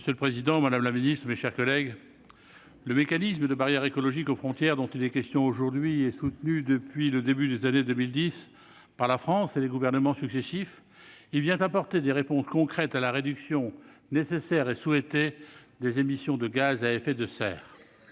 Monsieur le président, madame la secrétaire d'État, mes chers collègues, le mécanisme de barrière écologique aux frontières, dont il est question aujourd'hui, est soutenu depuis le début des années 2010 par la France et les gouvernements successifs. Il vient apporter des réponses concrètes à la réduction nécessaire et souhaitée des émissions de gaz à effet de serre